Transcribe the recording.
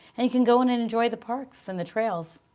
and you can go in and enjoy the parks and the trails.